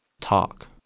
talk